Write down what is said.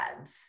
ads